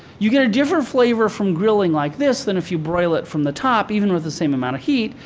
you get a different flavor from grilling like this than if you broil it from the top, even with the same amount of heat.